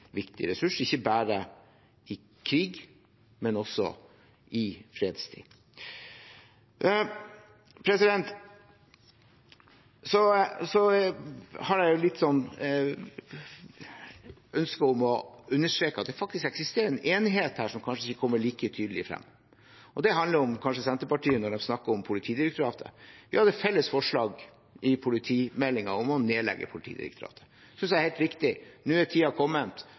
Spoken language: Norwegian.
viktig ressurs, ikke bare i krig, men også i fredstid. Så har jeg et ønske om å understreke at det faktisk er til stede en enighet som kanskje ikke kommer like tydelig frem, og det handler om kanskje Senterpartiet når de snakker om Politidirektoratet. Vi hadde et felles forslag i politimeldingen om å nedlegge Politidirektoratet. Det synes jeg er helt riktig. Nå er tiden kommet